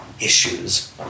issues